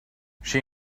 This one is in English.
she